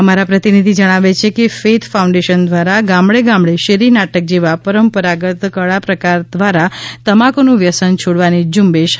અમારા પ્રતિનિધી જણાવે છે કે ફેઈથ ફાઉન્ડેશન દ્વારા ગામડે ગામડે શેરી નાટક જેવા પરંપરાગત કળા પ્રકાર દ્વારા તમાકુનું વ્યસન છોડવાની ઝુંબેશ હાથ ધરાશે